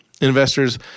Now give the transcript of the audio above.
investors